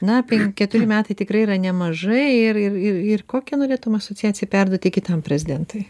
na pen keturi metai tikrai yra nemažai ir ir ir ir kokią norėtum asociaciją perduoti kitam prezidentui